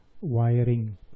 wiring